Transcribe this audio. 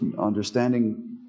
understanding